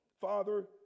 father